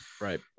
right